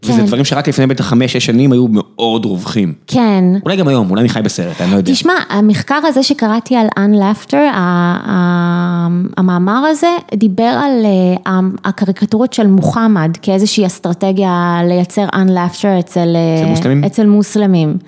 וזה דברים שרק לפני בטח 5-6 שנים היו מאוד רווחים. כן. אולי גם היום, אולי אני חי בסרט, אני לא יודע. תשמע, המחקר הזה שקראתי על אן-לאפטר, המאמר הזה, דיבר על הקריקטורות של מוחמד, כאיזושהי אסטרטגיה לייצר אן-לאפטר אצל מוסלמים.